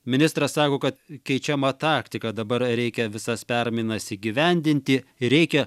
ministras sako kad keičiama taktika dabar reikia visas permainas įgyvendinti reikia